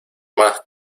más